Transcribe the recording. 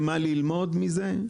ומה ללמוד מזה?